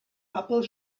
apple